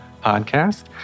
podcast